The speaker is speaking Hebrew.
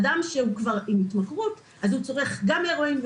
אדם הם התמכרות צורך גם הרואין,